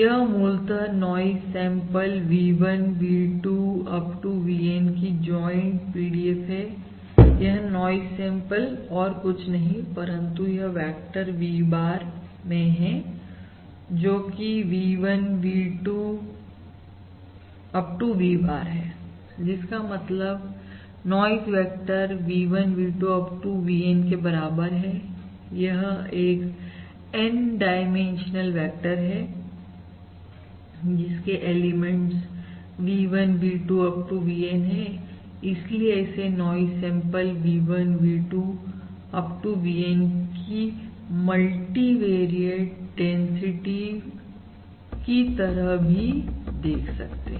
यह मूलतः noise sample V1 V2 Up to VN की जॉइंट PDF है यह नॉइज सैंपल और कुछ नहीं परंतु यह वेक्टर V bar में है जोकि V1 V2 V bar है जिसका मतलब noise vector V1 V2 Up to VN के बराबर है यह एक n डाइमेंशनल वेक्टर है जिसके elements V1 V2 Up to VN हैं इसलिए इसे noise sample V1 V2 Up to VN की मल्टीवेरिएट डेंसिटी की तरह भी देख सकते हैं